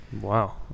Wow